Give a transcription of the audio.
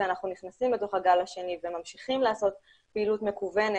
כשאנחנו נכנסים לתוך הגל השני וממשיכים לעשות פעילות מקוונת,